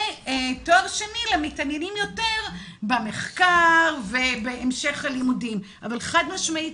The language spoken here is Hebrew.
ותואר שני למתעניינים יותר במחקר ובהמשך הלימודים אבל חד-משמעית,